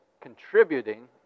contributing